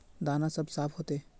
दाना सब साफ होते?